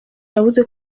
yavuze